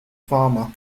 farmer